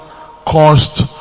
Caused